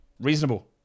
reasonable